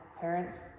parents